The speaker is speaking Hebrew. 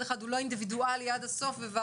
אחד הוא לא אינדיבידואלי עד הסוף בוועדות,